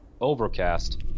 Overcast